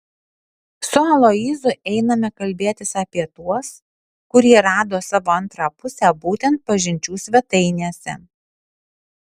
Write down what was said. su aloyzu einame kalbėtis apie tuos kurie rado savo antrą pusę būtent pažinčių svetainėse